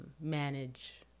manage